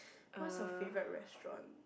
what's your favourite restaurant